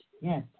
Yes